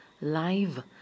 live